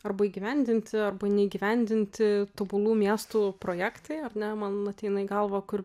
arba įgyvendinti arba neįgyvendinti tobulų miestų projektai ar ne man ateina į galvą kur